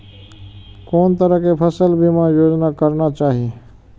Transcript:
कोन तरह के फसल बीमा योजना कराना चाही?